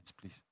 please